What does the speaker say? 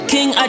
King